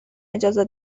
اجازه